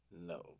No